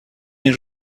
این